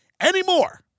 anymore